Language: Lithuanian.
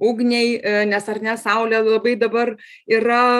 ugniai nes ar ne saulė labai dabar yra